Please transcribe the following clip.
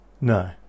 No